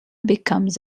becomes